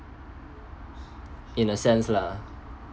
in a sense lah